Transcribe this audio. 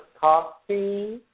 coffee